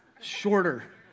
shorter